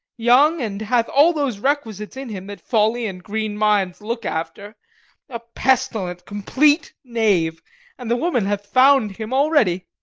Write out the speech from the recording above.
young, and hath all those requisites in him that folly and green minds look after a pestilent complete knave and the woman hath found him already.